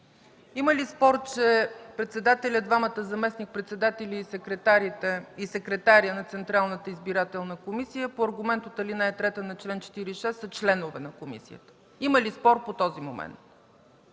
Има ли спор, че председателят, двамата заместник-председатели и секретаря на Централната избирателна комисия по аргумент от ал. 3 на чл. 46 са членове на комисията? Има ли спор по този момент?